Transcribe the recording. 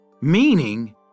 meaning